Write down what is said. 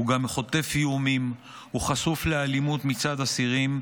הוא גם חוטף איומים, הוא חשוף לאלימות מצד אסירים,